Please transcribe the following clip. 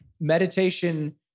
Meditation